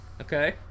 Okay